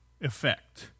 effect